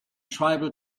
tribal